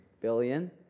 billion